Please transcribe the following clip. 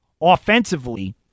offensively